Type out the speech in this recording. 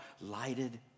lighted